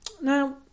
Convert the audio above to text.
Now